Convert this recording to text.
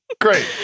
Great